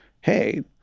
hey